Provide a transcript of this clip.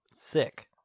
Sick